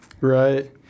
Right